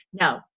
No